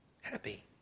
happy